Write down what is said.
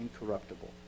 incorruptible